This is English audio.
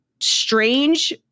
strange